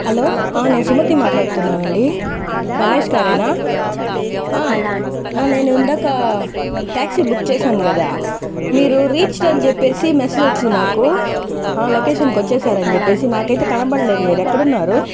hello నేను సుమతిని మాట్లాడుతున్నానండి రమేష్ గారేనా నేను ఇందాక ట్యాక్సీ బుక్ చేశాను కదా మీరు రీచ్డ్ అని చెప్పేసి మెసేజ్ వచ్చింది నాకు లొకేషన్ కి వచ్చేశారనిచెప్పేసి నాకైతే కనపడలేదు మీరు ఎక్కడున్నారు